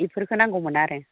बिफोरखौ नांगौमोन आरो